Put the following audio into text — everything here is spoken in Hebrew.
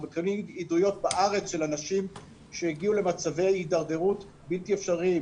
אנחנו מקבלים עדויות בארץ של אנשים שהגיעו למצבי הידרדרות בלתי אפשריים.